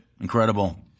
Incredible